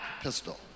pistol